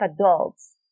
adults